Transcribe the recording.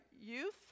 youth